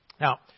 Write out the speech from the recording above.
Now